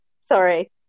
Sorry